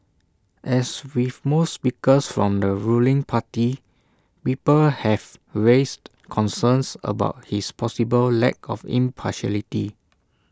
as with most speakers from the ruling party people have raised concerns about his possible lack of impartiality